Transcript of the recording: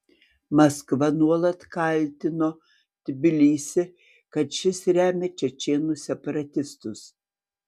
maskva nuolat kaltino tbilisį kad šis remia čečėnų separatistus